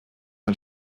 ein